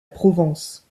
provence